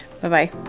Bye-bye